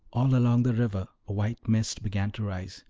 all along the river a white mist began to rise,